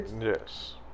yes